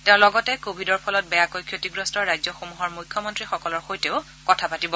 তেওঁ লগতে কভিডৰ ফলত বেয়াকৈ ক্ষতিগ্ৰস্ত ৰাজ্যসমূহৰ মুখ্যমন্ত্ৰীসকলৰ সৈতেও কথা পাতিব